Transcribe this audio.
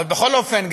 בכל אופן,